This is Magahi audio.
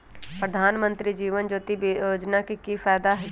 प्रधानमंत्री जीवन ज्योति योजना के की फायदा हई?